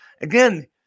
again